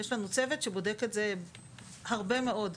יש לנו צוות שבודק את זה הרבה מאוד.